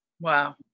Wow